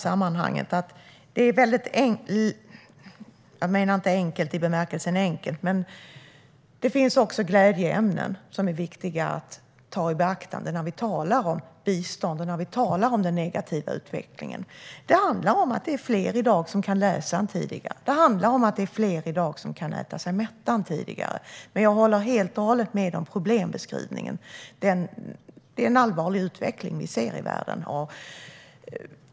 Det finns också glädjeämnen i sammanhanget. De är viktiga att ta i beaktande när vi talar om bistånd och den negativa utvecklingen. Det handlar om att det är fler i dag som kan läsa än tidigare. Det handlar om att det är fler i dag som kan äta sig mätta än tidigare. Men jag håller helt och hållet med om problembeskrivningen. Det är en allvarlig utveckling i världen.